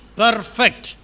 perfect